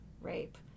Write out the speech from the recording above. rape